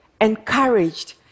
encouraged